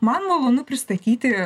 man malonu pristatyti